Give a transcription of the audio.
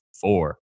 four